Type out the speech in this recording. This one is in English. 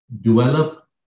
develop